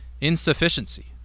insufficiency